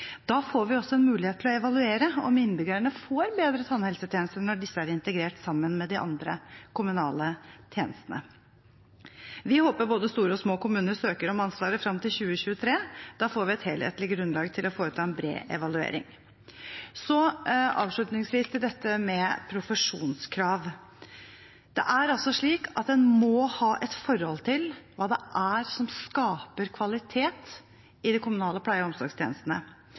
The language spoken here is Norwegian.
Da får vi også en mulighet til å evaluere om innbyggerne får bedre tannhelsetjeneste når disse er integrert sammen med de andre kommunale tjenestene. Vi håper både store og små kommuner søker om ansvaret fram til 2023. Da får vi et helhetlig grunnlag for å foreta en bred evaluering. Avslutningsvis til dette med profesjonskrav. Det er altså slik at en må ha et forhold til hva det er som skaper kvalitet i de kommunale pleie- og omsorgstjenestene.